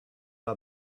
our